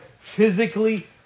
physically